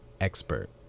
expert